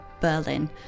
Berlin